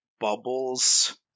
bubbles